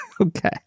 Okay